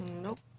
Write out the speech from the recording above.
Nope